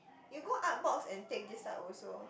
you go Artbox and take this type also